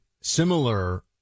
similar